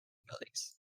buildings